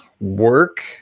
work